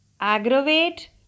aggravate